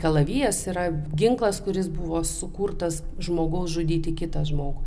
kalavijas yra ginklas kuris buvo sukurtas žmogaus žudyti kitą žmogų